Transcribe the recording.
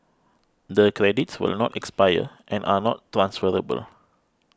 the credits will not expire and are not transferable